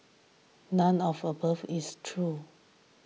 none of above is true